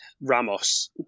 Ramos